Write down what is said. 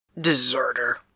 Deserter